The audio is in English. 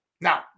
Now